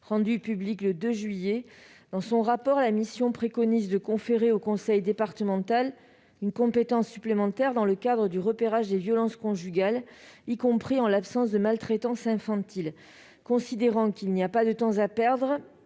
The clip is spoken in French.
rendu public le 2 juillet. La mission d'inspection y préconise de donner au conseil départemental une compétence supplémentaire en matière de repérage des violences conjugales, y compris en l'absence de maltraitance infantile. Considérant qu'il n'y a pas de temps à perdre,